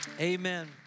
Amen